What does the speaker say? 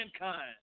mankind